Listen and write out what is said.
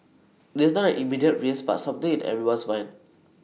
it's not an immediate risk but something in everyone's mind